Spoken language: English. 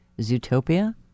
Zootopia